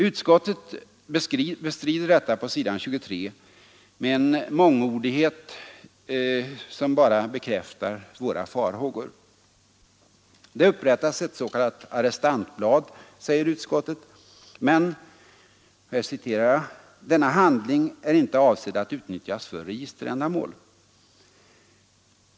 Utskottet bestrider detta på s. 23 med en mångordighet som bara bekräftar våra farhågor. Det upprättas ett s.k. arrestantblad, säger utskottet, men ”denna handling är inte avsedd att utnyttjas för registerändamål”.